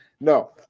No